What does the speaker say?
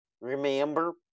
remember